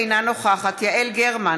אינה נוכחת יעל גרמן,